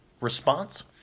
response